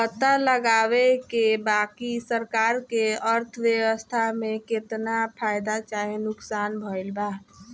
पता लगावे के बा की सरकार के अर्थव्यवस्था में केतना फायदा चाहे नुकसान भइल बा